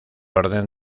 orden